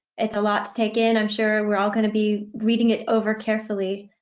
it's a lot to take in. i'm sure we're all gonna be reading it over carefully.